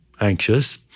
anxious